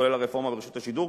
כולל הרפורמה ברשות השידור.